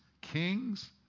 kings